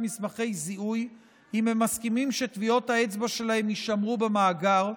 מסמכי זיהוי אם הם מסכימים שטביעות האצבע שלהם יישמרו במאגר,